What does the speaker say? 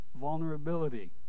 vulnerability